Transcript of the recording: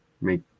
make